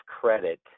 credit